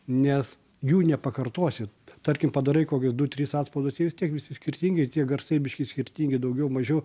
nes jų nepakartosi tarkim padarai kokius du tris atspaudus jie vis tiek visi skirtingai tie garsai biškį skirtingi daugiau mažiau